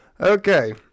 okay